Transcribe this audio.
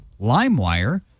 LimeWire